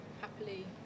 happily